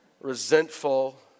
Resentful